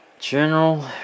General